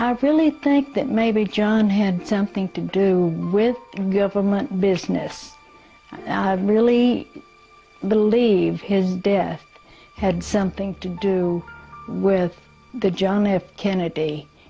i really think that maybe john had something to do with in government business i really believe his death had something to do with the john f kennedy